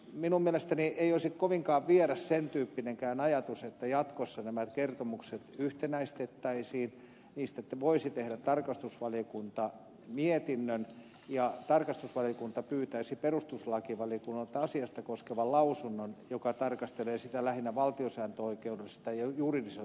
minun mielestäni ei olisi kovinkaan vieras sen tyyppinenkään ajatus että jatkossa nämä kertomukset yhtenäistettäisiin niistä voisi tehdä tarkastusvaliokunta mietinnön ja tarkastusvaliokunta pyytäisi perustuslakivaliokunnalta asiaa koskevan lausunnon joka tarkastelee sitä lähinnä valtiosääntöoikeudellisesta ja juridisesta näkökulmasta